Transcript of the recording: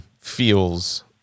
feels